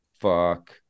fuck